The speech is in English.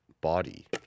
body